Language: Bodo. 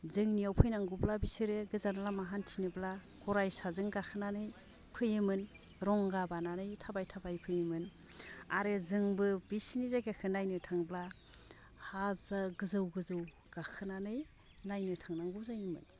जोंनियाव फैनांगौब्ला बिसोरो गोजान लामा हान्थिनोब्ला गराय साजों गाखोनानै फैयोमोन रंगा बानानै थाबाय थाबाय फैयोमोन आरो जोंबो बिसिनि जायगाखो नायनो थांब्ला हाजो गोजौ गोजौ गाखोनानै नायनो थांनांगौ जायोमोन